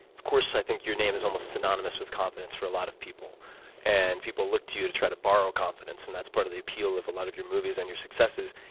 of course, i think your name is almost synonymous with confidence for a lot of people and people look to you to try to borrow confidence and that's part of the appeal of a lot of your movies and your successes.